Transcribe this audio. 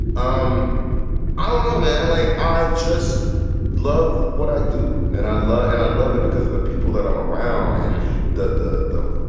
um i don't know, man. like, i just love what i do. and i love and i love it because of the people that i'm around and the the